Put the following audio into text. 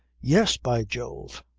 yes, by jove!